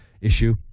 issue